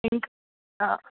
ఇంకా